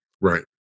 Right